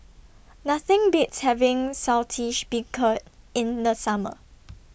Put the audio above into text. Nothing Beats having Saltish Beancurd in The Summer